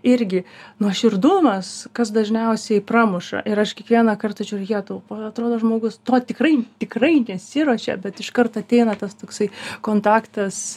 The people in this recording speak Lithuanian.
irgi nuoširdumas kas dažniausiai pramuša ir aš kiekvieną kartą žiūriu jetau atrodo žmogus to tikrai tikrai nesiruošė bet iškart ateina tas toksai kontaktas